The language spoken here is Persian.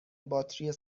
باتری